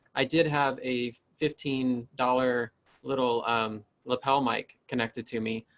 i did have a fifteen dollar little lapel mic connected to me.